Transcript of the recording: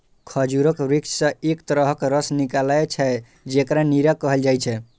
खजूरक वृक्ष सं एक तरहक रस निकलै छै, जेकरा नीरा कहल जाइ छै